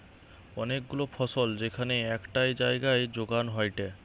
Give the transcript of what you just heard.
অনেক গুলা ফসল যেখান একটাই জাগায় যোগান হয়টে